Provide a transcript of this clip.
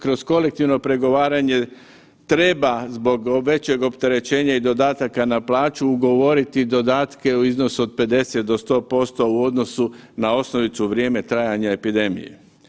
Kroz kolektivno pregovaranje treba zbog većeg opterećenja i dodataka na plaću ugovoriti dodatke u iznosu od 50 do 100% u odnosu na osnovicu u vrijeme trajanja epidemije.